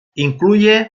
incluye